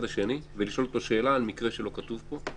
השני ולשאול אותו שאלה על מקרה שלא כתוב פה.